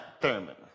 Thurman